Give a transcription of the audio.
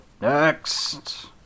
next